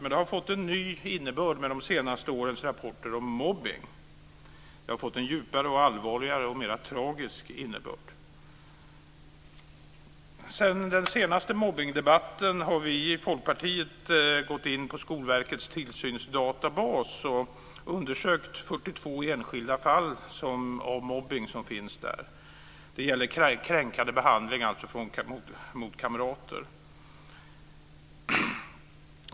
Men det har fått en ny innebörd med det senaste årets rapporter om mobbning. Det har fått en djupare, allvarligare och mer tragisk innebörd. Sedan den senaste mobbningdebatten har vi i Folkpartiet gått in i Skolverkets tillsynsdatabas och undersökt 42 enskilda fall av mobbning som finns där. Det gäller alltså kränkande behandling av kamrater.